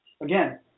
Again